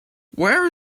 where